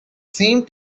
seemed